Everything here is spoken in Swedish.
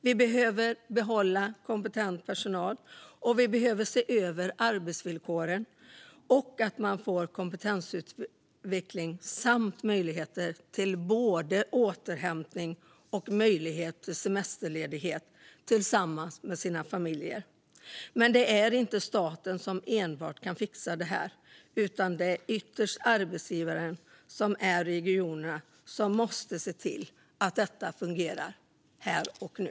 Vi behöver behålla kompetent personal, och vi behöver se över arbetsvillkoren och att man får kompetensutveckling och möjligheter till både återhämtning och semesterledighet tillsammans med sin familj. Men det är inte enbart staten som kan fixa det här, utan det är ytterst arbetsgivarna, alltså regionerna, som måste se till att detta fungerar här och nu.